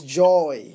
joy